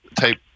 type